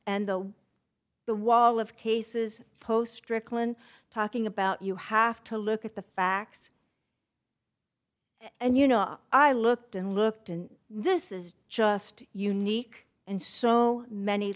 and though the wall of cases post strickland talking about you have to look at the facts and you know i looked and looked and this is just unique and so many